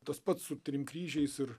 tas pats su trim kryžiais ir